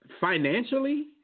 financially